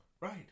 Right